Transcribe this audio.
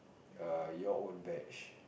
err your own batch